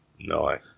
no